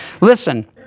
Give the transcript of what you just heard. listen